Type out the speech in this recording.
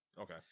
Okay